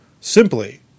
simply